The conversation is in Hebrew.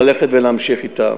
ללכת ולהמשיך אתם.